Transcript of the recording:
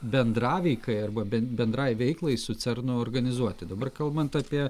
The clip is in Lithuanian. bendraveikai arba bent bendrai veiklai su cernu organizuoti dabar kalbant apie